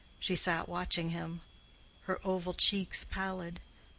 she sat watching him her oval cheeks pallid,